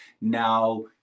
now